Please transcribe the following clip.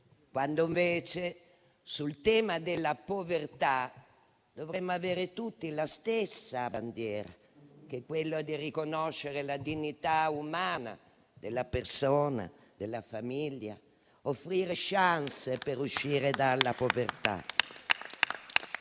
quando invece sul tema della povertà dovremmo avere tutti la stessa bandiera, che è quella del riconoscimento della dignità umana della persona e della famiglia, offrendo delle *chance* per uscire dalla povertà.